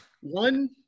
One